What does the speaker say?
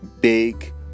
big